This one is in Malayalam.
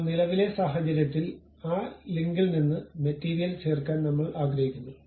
ഇപ്പോൾ നിലവിലെ സാഹചര്യത്തിൽ ആ ലിങ്കിൽ നിന്ന് മെറ്റീരിയൽ ചേർക്കാൻ നമ്മൾ ആഗ്രഹിക്കുന്നു